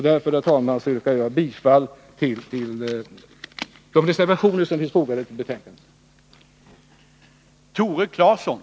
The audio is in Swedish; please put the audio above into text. Därför, herr talman, yrkar jag bifall till de reservationer som fogats till betänkandet.